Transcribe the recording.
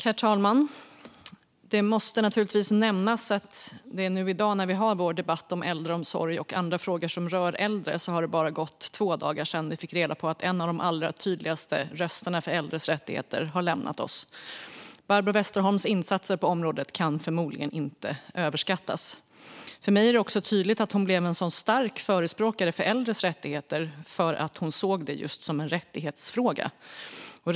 Herr talman! Det måste naturligtvis nämnas att i dag när vi har vår debatt om äldreomsorg och andra frågor som rör äldre har det gått bara två dagar sedan vi fick reda på att en av de allra tydligaste rösterna för äldres rättigheter har lämnat oss. Barbro Westerholms insatser på området kan förmodligen inte överskattas. För mig är det också tydligt att hon blev en så stark förespråkare för äldres rättigheter för att hon såg dem just som rättighetsfrågor.